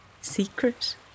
secret